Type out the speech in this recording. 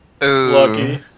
Lucky